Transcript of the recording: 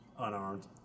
unarmed